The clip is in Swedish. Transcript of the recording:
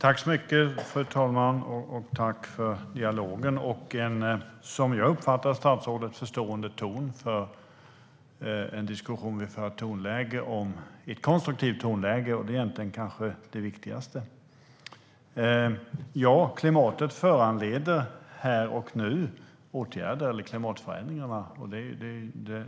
Fru talman! Tack för dialogen och en, och som jag uppfattar statsrådet, förstående ton och ett konstruktivt tonläge i diskussionen, vilket kanske är det viktigaste. Klimatförändringarna föranleder åtgärder här och nu.